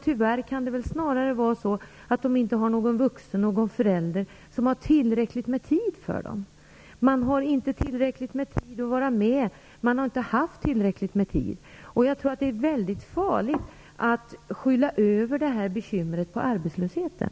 Tyvärr kan det snarare vara så att de inte har någon förälder eller annan vuxen som har tillräckligt med tid för dem. Man har inte haft och har inte tillräckligt med tid att vara med dem. Det är väldigt farligt att skylla på arbetslösheten.